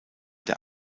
der